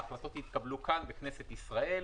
ההחלטות התקבלו כאן בכנסת ישראל,